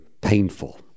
painful